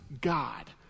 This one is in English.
God